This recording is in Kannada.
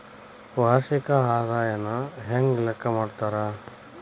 ವಾರ್ಷಿಕ ಆದಾಯನ ಹೆಂಗ ಲೆಕ್ಕಾ ಮಾಡ್ತಾರಾ?